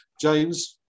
james